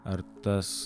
ar tas